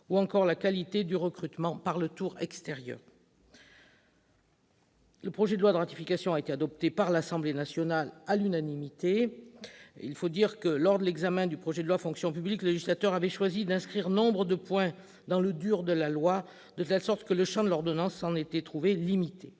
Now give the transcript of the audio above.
ou encore la qualité du recrutement par le tour extérieur. Le projet de loi de ratification a été adopté par l'Assemblée nationale à l'unanimité. Il faut dire que lors de l'examen du projet de loi Fonction publique, le législateur avait choisi d'inscrire nombre de points dans le « dur » de la loi, de telle sorte que le champ de l'ordonnance s'en était trouvé limité.